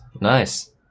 Nice